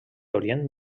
orient